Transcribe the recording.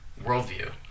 worldview